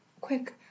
Quick